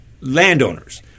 landowners